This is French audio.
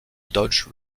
dodge